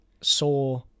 saw